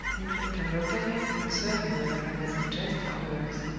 midwinter looked at him, uncertain whether he was in jest or earnest.